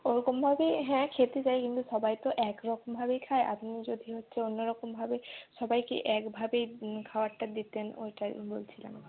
ওরকমভাবে হ্যাঁ খেতে চাই কিন্তু সবাই তো একরকমভাবেই খায় আপনি যদি হচ্ছে অন্যরকমভাবে সবাইকে একভাবেই খাওয়ারটা দিতেন ওইটাই বলছিলাম আর কি